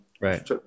Right